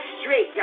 straight